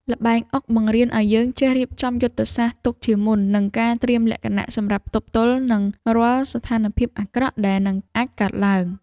ល្បែងអុកបង្រៀនឱ្យយើងចេះរៀបចំយុទ្ធសាស្ត្រទុកជាមុននិងការត្រៀមលក្ខណៈសម្រាប់ទប់ទល់នឹងរាល់ស្ថានភាពអាក្រក់ដែលនឹងអាចកើតឡើង។